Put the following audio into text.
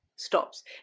stops